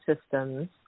systems